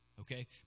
Okay